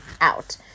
out